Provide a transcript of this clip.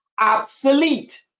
obsolete